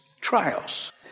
trials